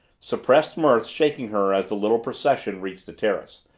suppressed mirth shaking her as the little procession reached the terrace.